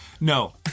No